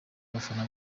abafana